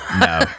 No